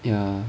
yeah